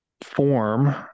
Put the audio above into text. form